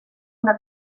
una